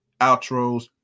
outros